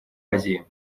азии